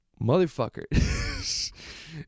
motherfucker